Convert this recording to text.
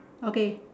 okay